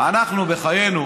אנחנו, בחיינו,